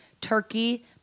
Turkey